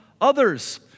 others